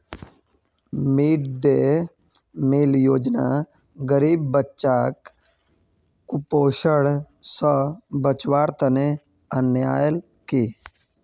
mid day meal योजना गरीब बच्चाक कुपोषण स बचव्वार तने अन्याल कि